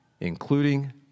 including